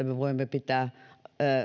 me voimme pitää